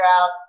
out